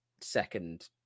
second